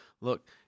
look